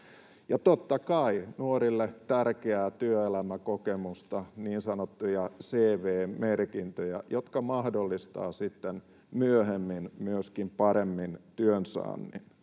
totta kai nuorille tärkeää työelämäkokemusta, niin sanottuja CV-merkintöjä, jotka mahdollistavat sitten myöhemmin myöskin työn saannin